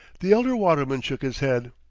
the elder waterman shook his head.